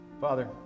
Father